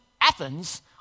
Athens